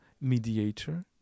mediator